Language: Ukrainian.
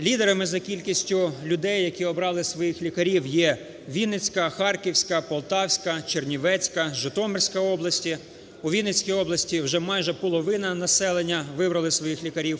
Лідерами за кількістю людей, які обрали своїх лікарів є Вінницька, Харківська, Полтавська, Чернівецька, Житомирська області, у Вінницькій області вже майже половина населення вибрали своїх лікарів.